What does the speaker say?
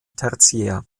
tertiär